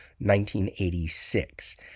1986